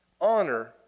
Honor